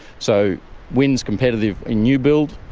so wind is competitive in new-build,